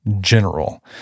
general